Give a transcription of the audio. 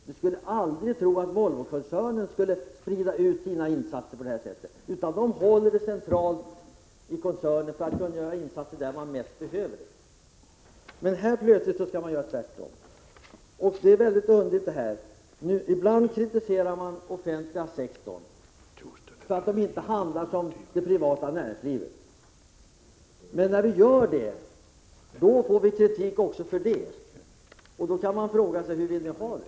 Den skulle aldrig sprida ut sina insatser, utan den sköter det hela centralt för att kunna göra insatser där de bäst behövs. Här skall det nu plötsligt vara tvärtom, vilket är mycket underligt. Ibland kritiserar de borgerliga partierna den offentliga sektorn för att den inte handlar som det privata näringslivet, men när den gör det får den kritik också för det. Hur vill ni ha det?